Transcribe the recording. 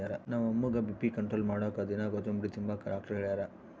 ನಮ್ಮ ಅಮ್ಮುಗ್ಗ BP control ಮಾಡಾಕ ದಿನಾ ಕೋತುಂಬ್ರೆ ತಿಂಬಾಕ ಡಾಕ್ಟರ್ ಹೆಳ್ಯಾರ